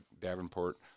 Davenport